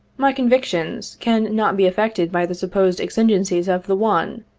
my convictions can not be affected by the supposed exigencies of the one,